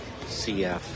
CF